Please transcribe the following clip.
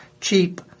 cheap